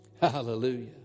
Hallelujah